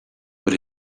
but